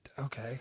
okay